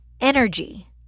energy